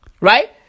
Right